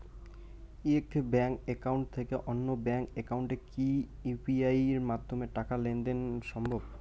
এক bank account থেকে অন্য ব্যাংক একাউন্টে কি ইউ.পি.আই মাধ্যমে টাকার লেনদেন দেন সম্ভব?